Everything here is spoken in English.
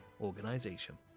Organization